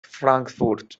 frankfurt